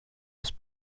ist